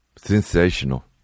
Sensational